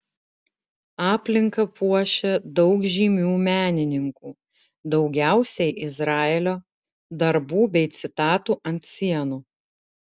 aplinką puošia daug žymių menininkų daugiausiai izraelio darbų bei citatų ant sienų